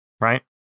right